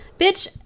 Bitch